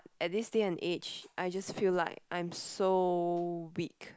at this day and age I just feel like I'm so weak